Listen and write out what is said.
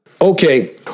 Okay